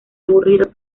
aburrido